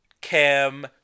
kim